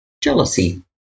Jealousy